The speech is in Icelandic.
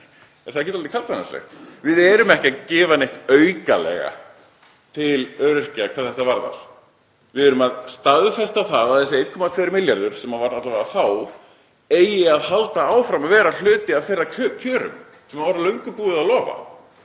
Er það ekki dálítið kaldhæðnislegt? Við erum ekki að gefa neitt aukalega til öryrkja hvað þetta varðar. Við erum að staðfesta það að þessir 1,2 milljarðar, þeir voru það alla vega þá, eigi að halda áfram að vera hluti af þeirra kjörum, sem var fyrir löngu búið að lofa.